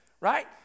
right